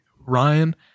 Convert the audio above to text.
Ryan